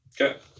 Okay